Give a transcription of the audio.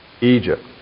Egypt